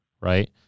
right